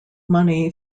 money